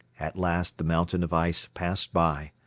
at last the mountain of ice passed by,